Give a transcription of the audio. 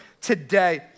today